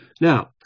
Now